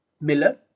Miller